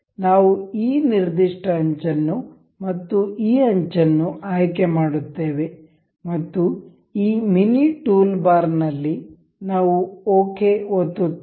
ನಾವು ಈ ನಿರ್ದಿಷ್ಟ ಅಂಚನ್ನು ಮತ್ತು ಈ ಅಂಚನ್ನು ಆಯ್ಕೆ ಮಾಡುತ್ತೇವೆ ಮತ್ತು ಈ ಮಿನಿ ಟೂಲ್ಬಾರ್ ನಲ್ಲಿ ನಾವು ಓಕೆ ಒತ್ತುತ್ತೇವೆ